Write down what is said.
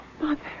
Mother